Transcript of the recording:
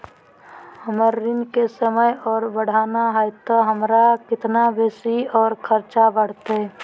हमर ऋण के समय और बढ़ाना है तो हमरा कितना बेसी और खर्चा बड़तैय?